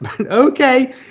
Okay